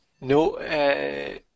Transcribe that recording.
No